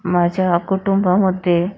माझ्या कुटुंबामध्ये